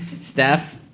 Steph